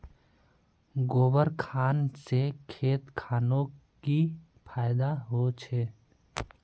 गोबर खान से खेत खानोक की फायदा होछै?